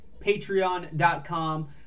patreon.com